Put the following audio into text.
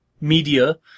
media